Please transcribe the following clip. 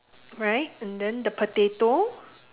right and then the potato